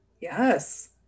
Yes